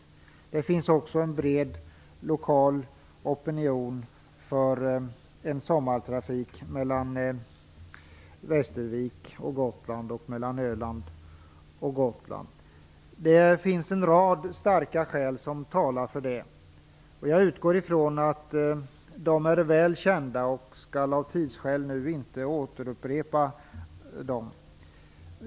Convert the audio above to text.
Vidare finns det en bred lokal opinion för sommartrafik mellan Västervik och Gotland och mellan Öland och Gotland. En rad starka skäl talar för en sådan sommartrafik. Jag utgår från att de är väl kända. Av tidsskäl skall jag emellertid inte upprepa dem.